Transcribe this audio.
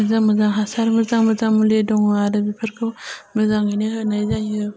मोजां मोजां हासार मोजां मोजां मुलि दङ आरो बेफोरखौ मोजाङैनो होनाय जायो